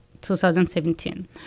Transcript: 2017